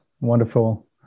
wonderful